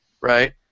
right